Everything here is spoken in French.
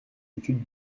étude